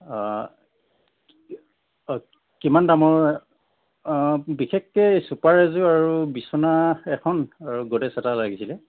অঁ অঁ কিমান দামৰ অঁ বিশেষকৈ চুপাৰ এযােৰ আৰু বিচনা এখন আৰু গদ্ৰেজ এটা লাগিছিলে